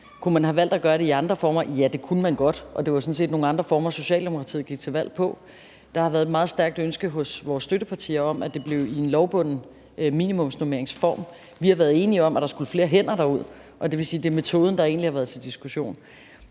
Kunne man have valgt at gøre det i andre former? Ja, det kunne man godt. Og det var sådan set nogle andre former, Socialdemokratiet gik til valg på. Der har været et meget stærkt ønske hos vores støttepartier om, at det blev i en lovbunden minimumsnormeringsform. Vi har været enige om, at der skulle flere hænder derud, og det vil sige, at det egentlig er metoden, der har været til diskussion.